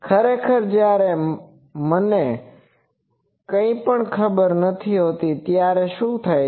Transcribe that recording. ખરેખર જ્યારે મને કંઈપણ ખબર નથી હોતી ત્યારે શું થાય છે